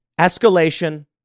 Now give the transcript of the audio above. Escalation